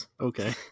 Okay